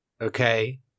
okay